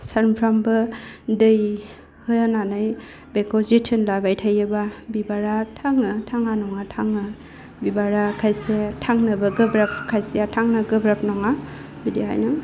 सानफ्रामबो दै होनानै बेखौ जोथोन लाबाय थायोबा बिबारा थाङो थाङा नङा थाङो बिबारा खायसे थांनोबो गोब्राब खायसेया थांनो गोब्राब नङा बिदिखायनो